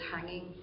hanging